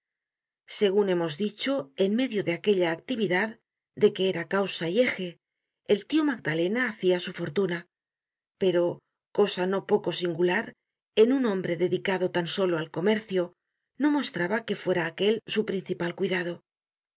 segun hemos dicho en medio de aquella actividad de que era causa y eje el tio magdalena hacia su fortuna pero cosa no poco singular en un hombre dedicado tan solo al comercio no mostraba que fuera aquel su principal cuidado